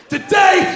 Today